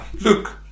look